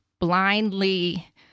blindly